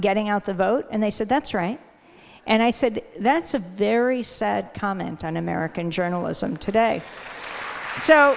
getting out the vote and they said that's right and i said that's a very sad comment on american journalism today so